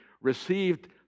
received